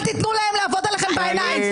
אל תתנו להם לעבוד עליכם בעיניים,